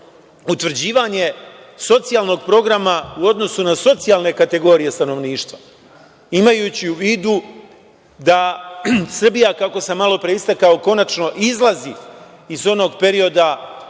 utvrđivanje socijalnog programa u odnosu na socijalne kategorije stanovništva, imajući u vidu da Srbija, kako sam malopre istakao, konačno izlazi iz onog perioda